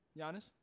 Giannis